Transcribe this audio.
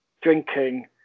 drinking